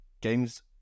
games